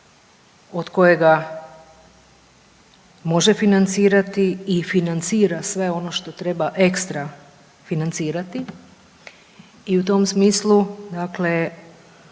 od kojega može financirati i financira sve ono što treba ekstra financirati i u tom smislu dakle